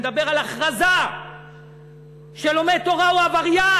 אני מדבר על הכרזה שלומד תורה הוא עבריין.